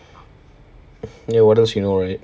you know what else you know right